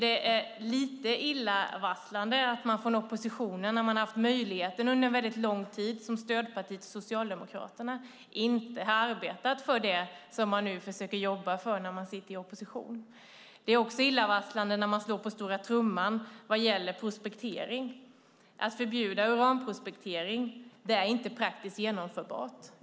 Det är lite illavarslande att man från oppositionen - som stödparti till Socialdemokraterna har man ju haft den möjligheten - inte har arbetat för det som man nu i opposition försöker jobba för. Det är också illavarslande att man slår på stora trumman när det gäller prospektering. Att förbjuda uranprospektering är inte praktiskt genomförbart.